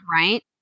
Right